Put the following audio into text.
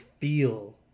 feel